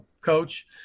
coach